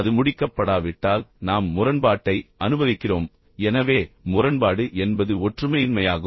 அது முடிக்கப்படாவிட்டால் நாம் முரண்பாட்டை அனுபவிக்கிறோம் எனவே முரண்பாடு என்பது ஒற்றுமையின்மையாகும்